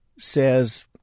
says